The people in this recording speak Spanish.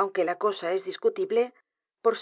aunque la cosa es discutible por